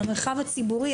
על המרחב הציבורי.